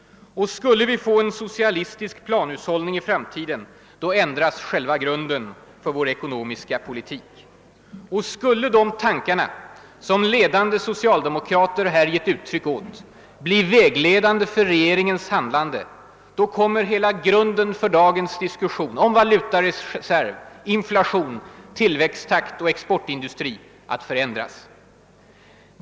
Skulle vi få en socialistisk planhushållning i framtiden, ändras själva grunden för vår ekonomiska politik. Och skulle de tankarna som ledande socialdemokrater här gett uttryck åt bli vägledande för regeringens handlande, kommer hela grunden för dagens diskussion om va lutareserv, inflation, tillväxttakt och exportindustri att förändras.